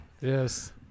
Yes